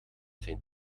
zijn